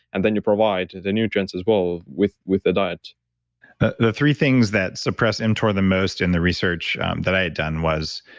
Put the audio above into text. and then you provide the nutrients as well with with the diet the three things that suppress mtor the most in the research that i had done was